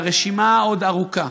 והרשימה עוד ארוכה.